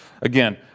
again